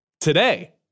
Today